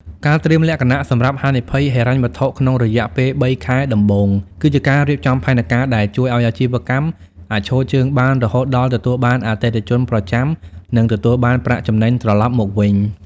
ការត្រៀមលក្ខណៈសម្រាប់ហានិភ័យហិរញ្ញវត្ថុក្នុងរយៈពេលបីខែដំបូង គឺជាការរៀបចំផែនការដែលជួយឱ្យអាជីវកម្មអាចឈរជើងបានរហូតដល់ទទួលបានអតិថិជនប្រចាំ និងទទួលបានប្រាក់ចំណេញត្រឡប់មកវិញ។